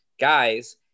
guys